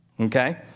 Okay